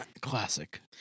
classic